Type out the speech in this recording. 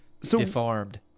deformed